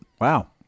Wow